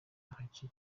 hake